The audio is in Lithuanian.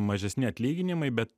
mažesni atlyginimai bet